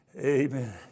Amen